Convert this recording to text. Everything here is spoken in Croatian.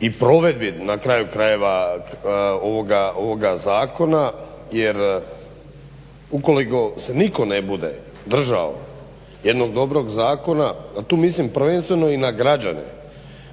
i provedbi na kraju krajeva ovoga zakona jer ukoliko se niko ne bude držao jednog dobrog zakona, a tu mislim prvenstveno i na građane